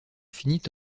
finit